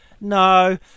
No